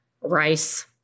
rice